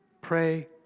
Pray